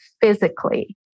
physically